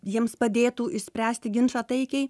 jiems padėtų išspręsti ginčą taikiai